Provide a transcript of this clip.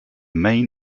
main